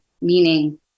meaning